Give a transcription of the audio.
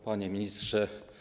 Panie Ministrze!